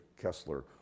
Kessler